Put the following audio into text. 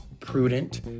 prudent